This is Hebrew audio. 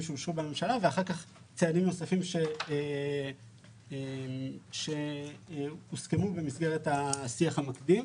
שאושרו בממשלה ואחר כך צעדים נוספים שהוסכמו במסגרת השיח המקדים.